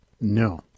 No